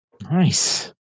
Nice